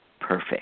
perfect